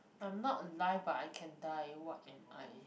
I'm not alive but I can die what am I